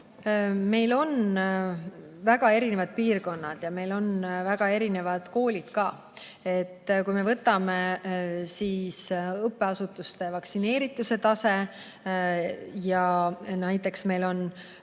Meil on väga erinevad piirkonnad ja meil on väga erinevad koolid ka. Kui me võtame õppeasutuste vaktsineerituse taseme, siis meil on